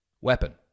weapon